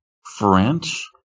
French